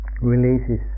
releases